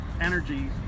energy